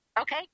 Okay